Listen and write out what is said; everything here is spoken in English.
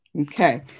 Okay